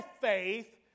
faith